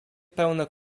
pełne